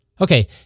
Okay